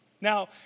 Now